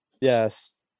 Yes